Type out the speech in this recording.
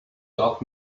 doc